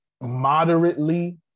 moderately